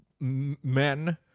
men